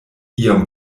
iom